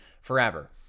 forever